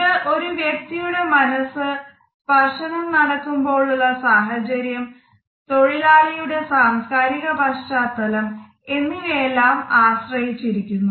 ഇത് ഒരു വ്യക്തിയുടെ മനസ്സ് സ്പർശനം നടക്കുമ്പോൾ ഉള്ള സാഹചര്യം തൊഴിലാളിയുടെ സാംസ്കാരിക പശ്ചാത്തലം എന്നിവയെല്ലാം ആശ്രയിച്ചിരിക്കുന്നു